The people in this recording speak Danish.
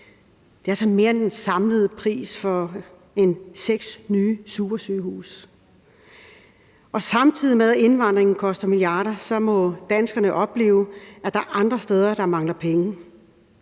Det er altså mere end den samlede pris for seks nye supersygehuse. Samtidig med at indvandringen koster milliarder, må danskerne opleve, at der er andre steder, der mangler penge.